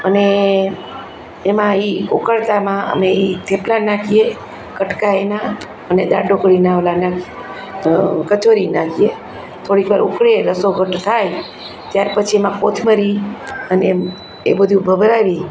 અને એમાં એ ઉકળતામાં અમે એ થેપલા નાખીએ કટકા એના અને દાળ ઢોકળીના ઓલા નાખ કચોરી નાખીએ થોડીક વાર ઊકળે રસો ઘટ્ટ થાય ત્યાર પછી એમાં કોથમરી અને એ બધું ભભરાવી